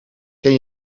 ken